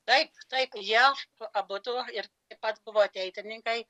taip taip jie abudu ir taip pat buvo ateitininkai